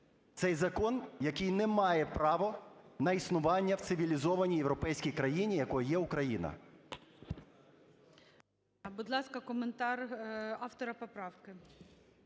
це закон, який не має права на існування в цивілізованій європейській країні, якою є Україна.